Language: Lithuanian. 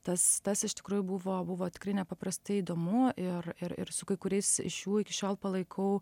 tas tas iš tikrųjų buvo buvo tikrai nepaprastai įdomu ir ir ir su kaikuriais iš jų iki šiol palaikau